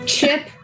Chip